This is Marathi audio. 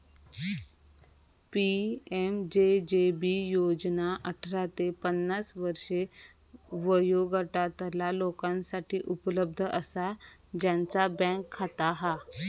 पी.एम.जे.जे.बी योजना अठरा ते पन्नास वर्षे वयोगटातला लोकांसाठी उपलब्ध असा ज्यांचा बँक खाता हा